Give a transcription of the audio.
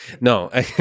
no